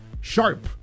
sharp